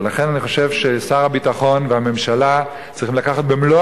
לכן אני חושב ששר הביטחון והממשלה צריכים לקחת במלוא